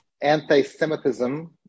anti-Semitism